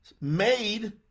made